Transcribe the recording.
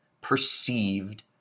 perceived